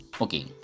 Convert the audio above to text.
Okay